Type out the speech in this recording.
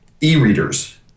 e-readers